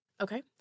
Okay